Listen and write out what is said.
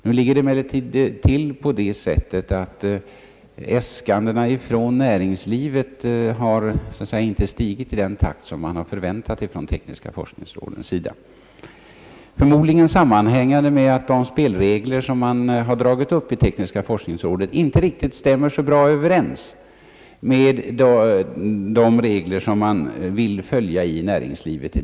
Nu ligger det emellertid till på det sättet att äskandena från näringslivet inte har stigit i den takt som man förväntat hos tekniska forskningsrådet. Detta sammanhänger förmodligen med att de spelregler som tekniska forskningsrådet dragit upp inte riktigt stämmer överens med de regler som man vill följa i näringslivet.